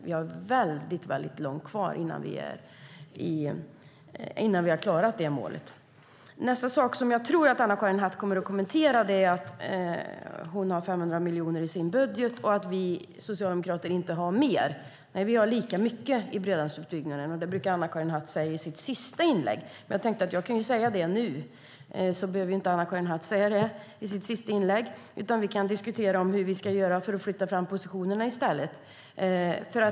Vi har väldigt långt kvar innan vi har nått det målet. Nästa sak som jag tror att Anna-Karin Hatt kommer att kommentera är att hon har 500 miljoner i sin budget och att vi socialdemokrater inte har mer. Nej, vi har lika mycket till bredbandsutbyggnaden. Det brukar Anna-Karin Hatt säga i sitt sista inlägg. Jag kan ju säga det nu så behöver inte Anna-Karin Hatt säga det i sitt sista inlägg, utan vi kan diskutera hur vi ska göra för att flytta fram positionerna i stället.